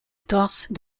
torse